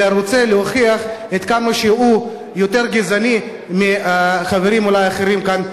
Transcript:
אלא רוצה להוכיח כמה שהוא יותר גזעני אולי מחברים אחרים כאן,